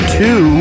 two